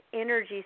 energy